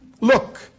Look